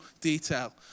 detail